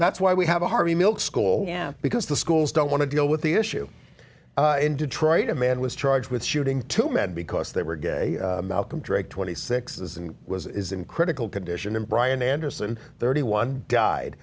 that's why we have a harvey milk school yeah because the schools don't want to deal with the issue in detroit a man was charged with shooting two men because they were gay malcolm drake twenty six was and was is in critical condition and brian anderson thirty one died